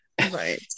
Right